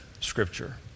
scripture